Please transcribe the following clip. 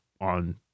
on